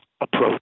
approach